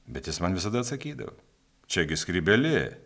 bet jis man visada atsakydavo čia gi skrybėlė